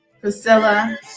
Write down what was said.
priscilla